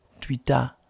Twitter